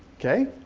okay?